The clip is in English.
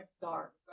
dark